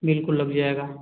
बिल्कुल लग जाएगा